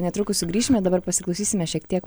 netrukus sugrįšime dabar pasiklausysime šiek tiek